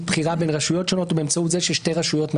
בחירה בין רשויות שונות ובאמצעות זה ששתי רשויות מאשרות.